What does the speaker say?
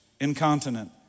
incontinent